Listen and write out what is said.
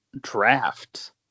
draft